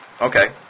okay